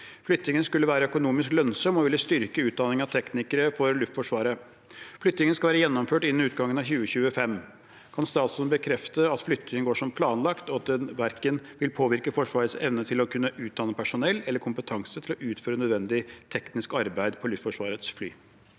Flyttingen skulle være økonomisk lønnsom og ville styrke utdanningen av teknikere for Luftforsvaret. Flyttingen skal være gjennomført innen utgangen av 2025. Kan statsråden bekrefte at flyttingen går som planlagt, og at den verken vil påvirke Forsvarets evne til å utdanne personell eller kompetanse til å utføre nødvendig teknisk arbeid på Luftforsvarets fly?»